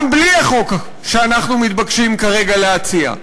גם בלי החוק שאנחנו מתבקשים כרגע לאשר.